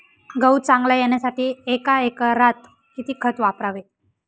गहू चांगला येण्यासाठी एका एकरात किती खत वापरावे?